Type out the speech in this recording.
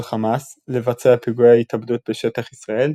חמאס לבצע פיגועי התאבדות בשטח ישראל,